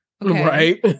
Right